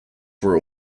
were